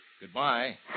goodbye